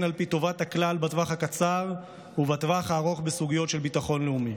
על פי טובת הכלל בטווח הקצר ובטווח הארוך בסוגיות של ביטחון לאומי,